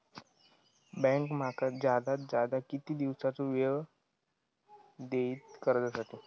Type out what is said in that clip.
Bank माका जादात जादा किती दिवसाचो येळ देयीत कर्जासाठी?